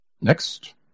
next